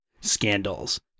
scandals